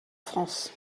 france